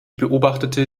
beobachtete